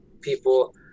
people